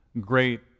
Great